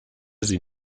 sie